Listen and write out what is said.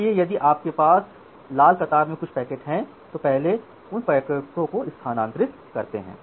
इसलिए यदि आपके पास लाल कतार में कुछ पैकेट हैं तो आप पहले उन पैकेटों को स्थानांतरित करते हैं